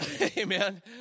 amen